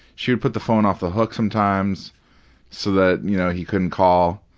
she would put the phone off the hook sometimes so that you know he couldn't call.